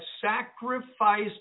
sacrificed